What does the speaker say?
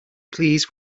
please